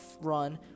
run